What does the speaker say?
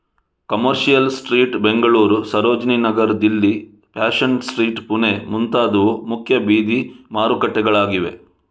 commercial street Bengaluru, Sarojini Nagar Delhi, fashion street Pune ಮುಂತಾದವು ಮುಖ್ಯ ಬೀದಿ ಮಾರುಕಟ್ಟೆಗಳಾಗಿವೆ